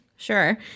sure